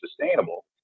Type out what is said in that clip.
sustainable